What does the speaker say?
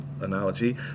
analogy